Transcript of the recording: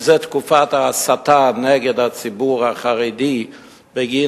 וזו תקופת ההסתה נגד הציבור החרדי בגין